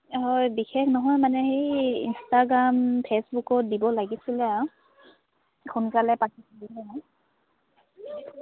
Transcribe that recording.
হয় বিশেষ নহয় মানে হেৰি ইনষ্টাগ্ৰাম ফেচবুকত দিব লাগিছিলে আৰু সোনকালে